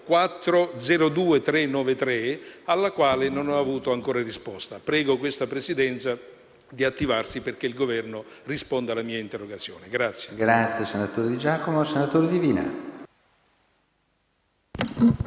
finestra"), alla quale non ho avuto ancora risposta. Prego questa Presidenza di attivarsi perché il Governo risponda alla mia interrogazione.